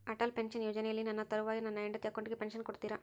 Atal pension ಯೋಜನೆಯಲ್ಲಿ ನನ್ನ ತರುವಾಯ ನನ್ನ ಹೆಂಡತಿ ಅಕೌಂಟಿಗೆ ಪೆನ್ಶನ್ ಕೊಡ್ತೇರಾ?